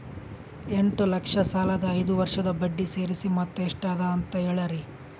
ಎಂಟ ಲಕ್ಷ ಸಾಲದ ಐದು ವರ್ಷದ ಬಡ್ಡಿ ಸೇರಿಸಿ ಮೊತ್ತ ಎಷ್ಟ ಅದ ಅಂತ ಹೇಳರಿ?